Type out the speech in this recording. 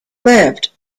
lived